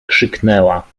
krzyknęła